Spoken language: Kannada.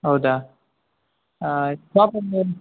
ಹೌದಾ ಷಾಪ್